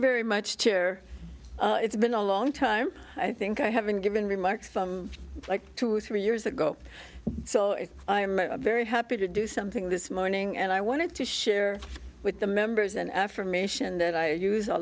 very much chair it's been a long time i think i have been given remarks like two three years ago so i am very happy to do something this morning and i wanted to share with the members an affirmation that i use a